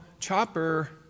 chopper